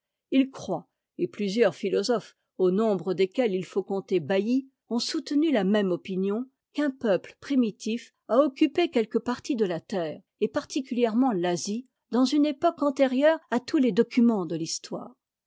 il croit et plusieurs philosophes au nombre desquels il faut compter bailly ont soutenu la même opinion qu'un peuple primitif a occupé quelques parties de la terre et particulièrement l'asie dans une époque antérieure à tous les documents de l'histoire